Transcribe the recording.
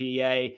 PA